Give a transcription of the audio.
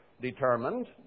determined